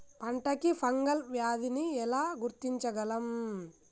పంట కి ఫంగల్ వ్యాధి ని ఎలా గుర్తించగలం?